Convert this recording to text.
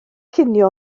cinio